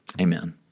Amen